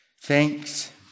Thanks